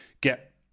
get